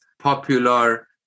popular